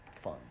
fun